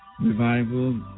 revival